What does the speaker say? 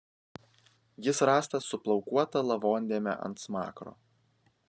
jis rastas su plaukuota lavondėme ant smakro